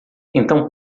então